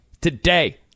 Today